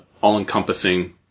all-encompassing